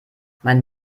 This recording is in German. mein